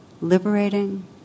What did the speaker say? liberating